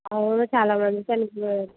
అవును చాలా మంది చనిపోయినారు